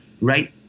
right